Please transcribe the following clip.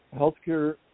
healthcare